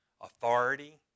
Authority